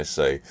say